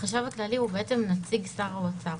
החשב הכללי הוא בעצם נציג שר האוצר.